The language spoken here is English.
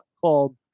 called